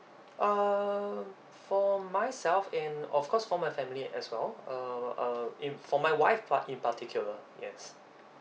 uh for myself and of course for my family as well uh uh and for my wife part~ in particular yes